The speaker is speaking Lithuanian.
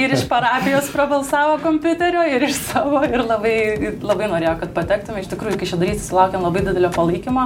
ir iš parapijos prabalsavo kompiuterio ir iš savo ir labai ir labai norėjo kad patektume iš tikrųjų kaišiadoryse sulaukėme labai didelio palaikymo